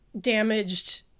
damaged